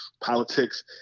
politics –